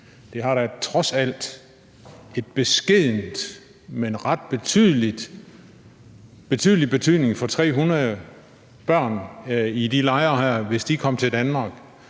Det ville da trods alt have en beskeden, men dog ret betydelig betydning for 300 børn i de lejre her, hvis de kom til Danmark.